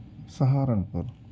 Saharanpur